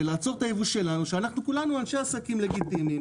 לעצור את הייבוא שלנו כשאנחנו כולנו אנשי עסקים לגיטימיים,